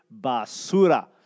basura